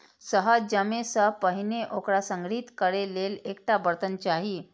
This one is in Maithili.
शहद जमै सं पहिने ओकरा संग्रहीत करै लेल एकटा बर्तन चाही